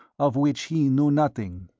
of which he knew nothing.